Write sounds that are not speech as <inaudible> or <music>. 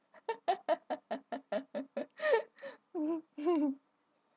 <laughs>